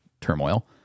turmoil